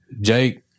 Jake